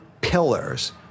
pillars